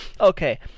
Okay